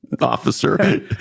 officer